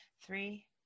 Three